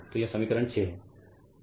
तो यह समीकरण 6 है